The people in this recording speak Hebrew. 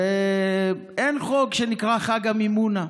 ואין חוק שנקרא חג המימונה,